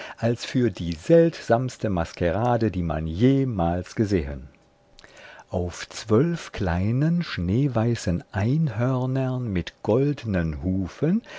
als für die seltsamste maskerade die man jemals gesehen auf zwölf kleinen schneeweißen einhörnern mit goldnen hufen